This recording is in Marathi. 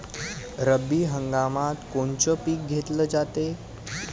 रब्बी हंगामात कोनचं पिक घेतलं जाते?